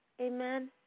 Amen